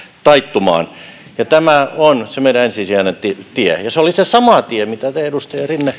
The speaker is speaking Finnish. taittumaan ja tämä on se meidän ensisijainen tie tie ja se on se sama tie mitä te edustaja rinne